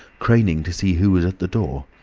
craning to see who was at the door.